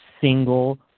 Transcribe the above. single